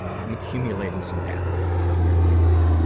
i'm accumulating some data on your theory,